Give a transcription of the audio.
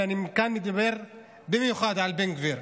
וכאן אני מדבר במיוחד על בן גביר.